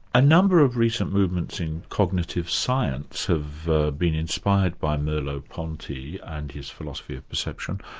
a number of recent movements in cognitive science have been inspired by merleau-ponty and his philosophy of perception.